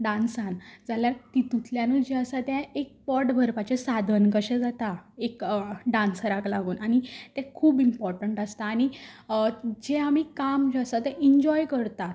डान्सान जाल्यार तितूंतल्यानू जें आसा तें एक पोट भरपाचें सादन कशें जाता एक आन्सराक लागून आनी तें खूब इमपोर्टंट आसता आनी जें आमी काम जें आसा तें इन्जॉय करतात